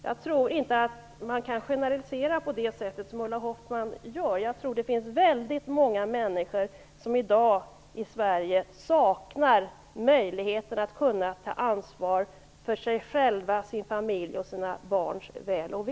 Jag tror inte att man kan generalisera på det sättet som Ulla Hoffmann gör. Jag tror att det finns väldigt många människor som i dag i Sverige saknar möjligheter att ta ansvar för sig själva, sin familj och sina barns väl och ve.